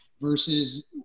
versus